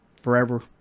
forever